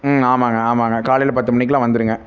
ம் ஆமாங்க ஆமாங்க காலையில் பத்து மணிக்கெலாம் வந்துடுங்க